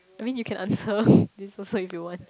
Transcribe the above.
I mean you can answer this also if you want